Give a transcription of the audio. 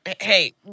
hey